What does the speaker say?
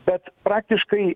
bet praktiškai